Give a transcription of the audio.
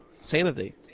sanity